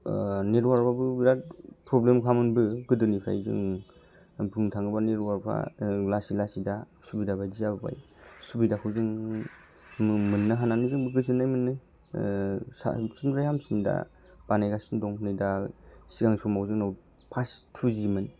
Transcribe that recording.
नेटवार्कआवबो बेराद प्रब्लेम खामोनबो गोदोनिफ्राय जों बुंनो थाङोब्ला नेटवार्कफ्रा लासै लासै दा सुबिदा बायदि जाबोबाय सुबिदाखौ जों मोननो हानानै जोंबो गोजोननाय मोनदों साबसिननिफ्राय हामसिन दा बानायगासिनो दं नै दा सिगां समाव जोंनाव फार्स्ट टुजिमोन